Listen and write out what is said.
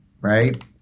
right